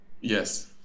Yes